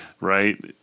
right